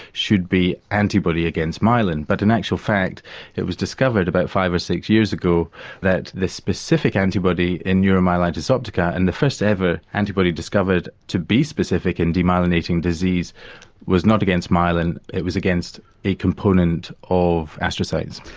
should be antibody against myelin but in actual fact it was discovered about five or six years ago that this specific antibody in neuromyelitis optica and the first ever antibody discovered to be specific in demyelinating disease was not against myelin, it was against a component of astrocytes.